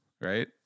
right